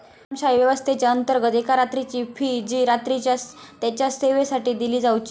सरंजामशाही व्यवस्थेच्याअंतर्गत एका रात्रीची फी जी रात्रीच्या तेच्या सेवेसाठी दिली जावची